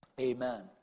Amen